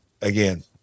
again